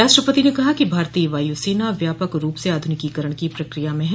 राष्ट्रपति ने कहा कि भारतीय वायुसेना व्यापक रूप से आधुनिकीकरण की प्रक्रिया में है